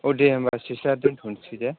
औ दे होनबा सिस्टार दोनथ'नोसै दे